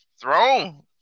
Throne